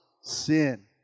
sin